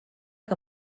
que